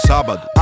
Sábado